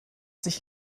sich